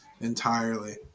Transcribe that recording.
entirely